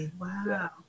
Wow